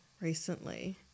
recently